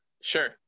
Sure